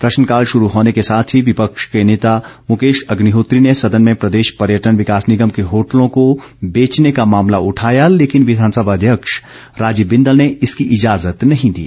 प्रश्नकाल शुरू होने के साथ ही विपक्ष के नेता मुकेश अर्भ्निहोत्री ने सदन में प्रदेश पर्यटन विकास निगम के होटलों को बेचने का मामला उठाया लेकिन विधानसभा अध्यक्ष राजीव बिंदल ने इसकी इजाजत नहीं दी